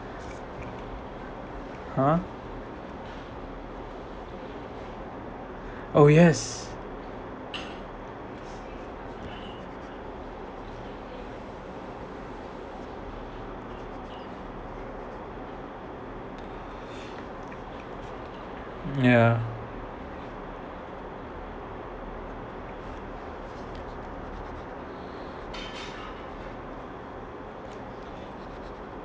!huh! oh yes ya